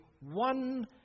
one